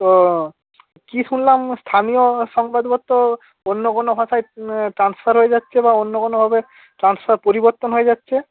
তো কী শুনলাম স্থানীয় সংবাদপত্র অন্য কোনো ভাষায় টান্সফার হয়ে যাচ্ছে বা অন্য কোনোভাবে ট্রান্সফার পরিবর্তন হয়ে যাচ্ছে